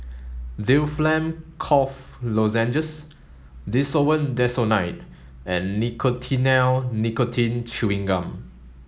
Difflam Cough Lozenges Desowen Desonide and Nicotinell Nicotine Chewing Gum